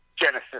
genesis